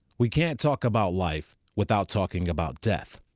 we can't talk about life without talking about death.